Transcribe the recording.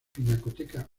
pinacoteca